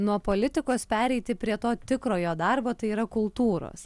nuo politikos pereiti prie to tikrojo darbo tai yra kultūros